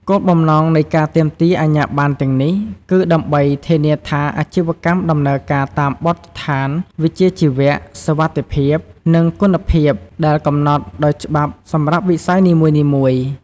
គោលបំណងនៃការទាមទារអាជ្ញាប័ណ្ណទាំងនេះ គឺដើម្បី ធានាថាអាជីវកម្មដំណើរការតាមបទដ្ឋានវិជ្ជាជីវៈ សុវត្ថិភាព និង គុណភាព ដែលកំណត់ដោយច្បាប់សម្រាប់វិស័យនីមួយៗ។